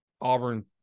Auburn